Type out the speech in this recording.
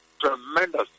tremendous